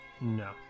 No